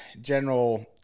general